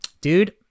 Dude